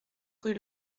rue